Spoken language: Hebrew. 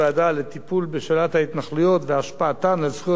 ההתנחלויות והשפעתן על זכויות האדם של הפלסטינים,